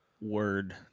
word